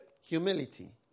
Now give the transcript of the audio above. Humility